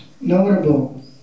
notable